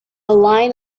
line